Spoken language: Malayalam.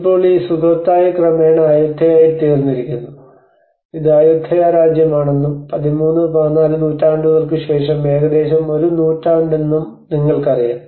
ഇപ്പോൾ ഈ സുഖോത്തായി ക്രമേണ അയ്യത്തായയായിത്തീർന്നിരിക്കുന്നു ഇത് ആയുത്തായ രാജ്യമാണെന്നും 13 14 നൂറ്റാണ്ടുകൾക്ക് ശേഷം ഏകദേശം ഒരു നൂറ്റാണ്ടാണെന്നും നിങ്ങൾക്കറിയാം